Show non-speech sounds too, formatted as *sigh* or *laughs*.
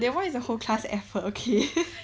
that one is a whole class effort okay *laughs*